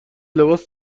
لباس